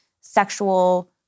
sexual